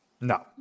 No